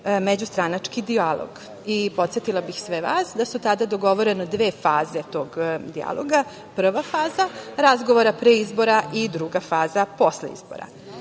međustranački dijalog. Podsetila bih sve vas da su tada dogovorene dve faze tog dijaloga. Prva faza razgovora pre izbora i druga faza posle izbora.